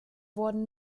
wurden